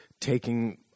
taking